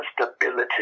stability